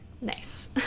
nice